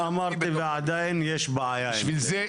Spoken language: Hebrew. אמרתי, ועדיין יש בעיה עם זה.